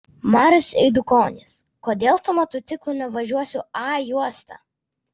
marius eidukonis kodėl su motociklu nevažiuosiu a juosta